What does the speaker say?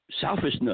selfishness